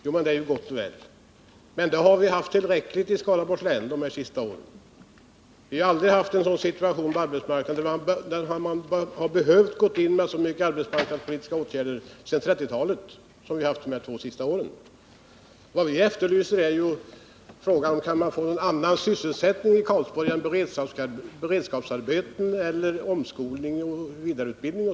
Ja, det är gott och väl, men under de senaste åren har vi haft tillräckligt med sådana åtgärder i Skaraborgs län. Vi har inte sedan 1930-talet haft en sådan situation på arbetsmarknaden där att man behövt vidta så många åtgärder som under de senaste två åren. Vi ställer frågan om vi i Karlsborg kan få annan sysselsättning än beredskapsarbeten, omskolning och vidareutbildning.